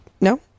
No